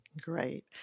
Great